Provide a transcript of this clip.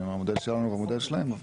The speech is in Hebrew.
אני אומר המודל שלנו והמודל שלהם אבל